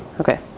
Okay